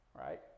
Right